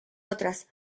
otras